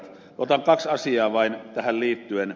otan kaksi asiaa vain tähän liittyen